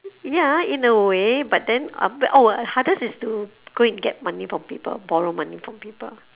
ya in a way but then oh hardest is to go and get money from people borrow money from people